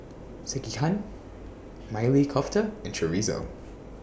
Sekihan Maili Kofta and Chorizo